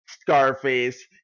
Scarface